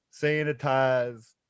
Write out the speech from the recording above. sanitize